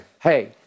hey